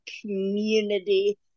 community